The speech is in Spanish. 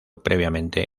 previamente